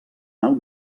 alt